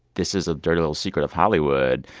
this is a dirty little secret of hollywood.